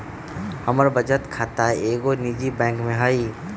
हमर बचत खता एगो निजी बैंक में हइ